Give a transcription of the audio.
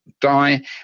die